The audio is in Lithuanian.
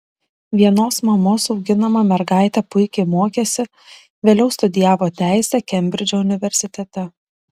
vienos mamos auginama mergaitė puikiai mokėsi vėliau studijavo teisę kembridžo universitete